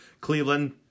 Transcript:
Cleveland